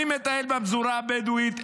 אני מטייל בפזורה הבדואית,